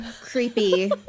creepy